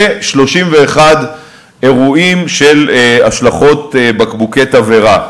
ו-31 אירועים של השלכות בקבוקי תבערה.